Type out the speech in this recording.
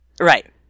Right